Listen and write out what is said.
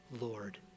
Lord